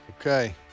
Okay